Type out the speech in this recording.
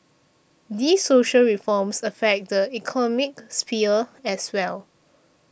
these social reforms affect the economic sphere as well